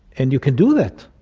and you can do that.